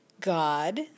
God